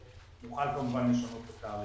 נוכל כמון לשנות את התאריכים.